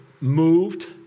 moved